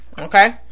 Okay